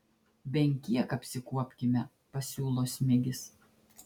bent kiek apsikuopkime pasiūlo smigis